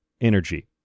energy